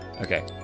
Okay